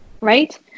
right